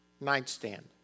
nightstand